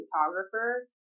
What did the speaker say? photographer